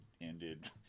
ended